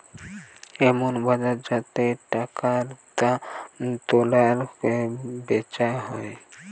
এমন বাজার যাতে টাকার দাম তুলনা কোরে বেচা হয়